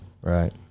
Right